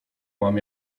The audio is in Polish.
mam